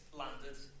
landed